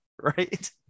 right